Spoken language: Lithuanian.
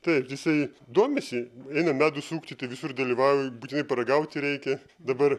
taip jisai domisi einam medų sukti tai visur dalyvauja būtinai paragauti reikia dabar